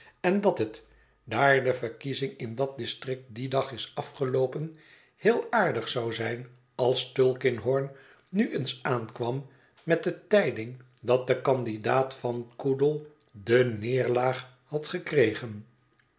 en dat het daar de verkiezing in dat district dien dag is afgeloopen heel aardig zou zijn als tulkinghorn nu eens aankwam met de tijding dat de candidaat van coodle de neerlaag had gekregen